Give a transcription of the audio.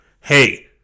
hey